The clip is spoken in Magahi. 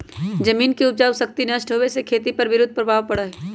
जमीन के उपजाऊ शक्ति नष्ट होवे से खेती पर विरुद्ध प्रभाव पड़ा हई